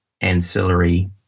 ancillary